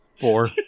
Four